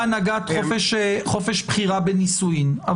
להנהגת חופש בחירה בנישואין.